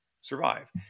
survive